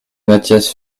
matthias